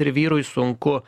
ir vyrui sunku